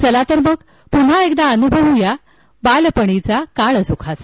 चला तर मग पुन्हा एकदा अनुभवू या बालपणीचा काळ सुखाचा